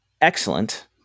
excellent